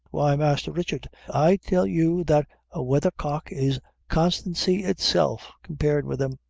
why, masther richard, i tell you that a weathercock is constancy itself compared with them.